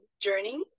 journey